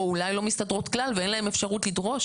או אולי לא מסתדרות כלל ואין להן אפשרות לדרוש